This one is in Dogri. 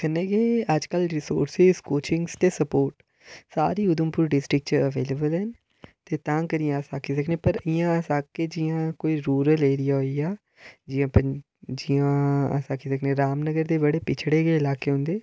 कन्नै गै अजकल रिसोर्सिज कोचिंग ते स्पोर्टस सारी उधमपूर डिस्टिक च एवेलेबल न तां करियै अस आखी सकने पर इ'यां अस आखगे जि'यां कोई रूरल एरिया होई गेआ जि'यां जि'यां आक्खी सकने रामनगर दे बड़े पिछड़े गे इलाके